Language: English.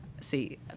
See